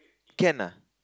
can ah